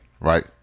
right